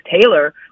Taylor